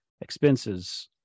expenses